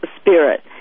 spirit